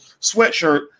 sweatshirt